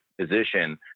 position